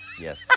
Yes